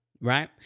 right